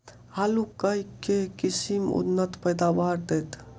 आलु केँ के किसिम उन्नत पैदावार देत?